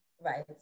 right